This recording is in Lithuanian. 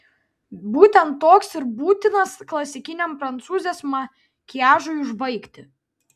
būtent toks ir būtinas klasikiniam prancūzės makiažui užbaigti